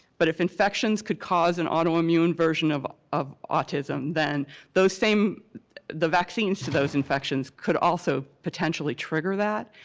but if infections could cause an autoimmune version of of autism then those same the vaccines to those infections could also potentially trigger that.